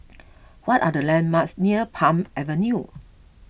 what are the landmarks near Palm Avenue